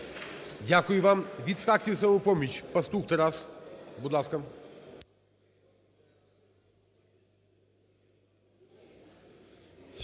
Дякую вам. Від фракції "Самопоміч" Пастух Тарас. Будь ласка.